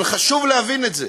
אבל חשוב להבין את זה.